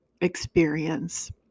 experience